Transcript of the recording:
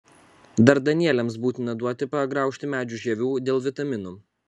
dar danieliams būtina duoti pagraužti medžių žievių dėl vitaminų